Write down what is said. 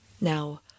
Now